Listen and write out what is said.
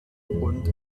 und